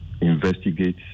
investigate